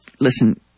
listen